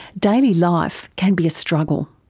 daily life can be a struggle.